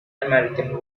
american